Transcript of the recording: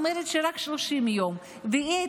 אה,